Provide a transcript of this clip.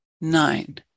Nine